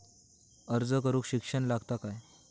अर्ज करूक शिक्षण लागता काय?